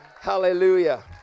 Hallelujah